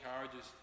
encourages